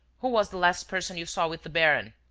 who was the last person you saw with the baron?